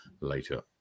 later